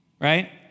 right